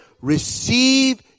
receive